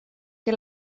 que